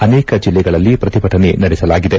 ಅನೇಕ ಜಿಲ್ಲೆಗಳಲ್ಲಿ ಪ್ರತಿಭಟನೆ ನಡೆಸಲಾಗಿದೆ